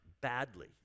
badly